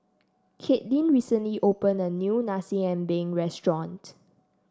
Kaitlin recently open a new Nasi Ambeng restaurant